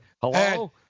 Hello